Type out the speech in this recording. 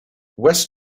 west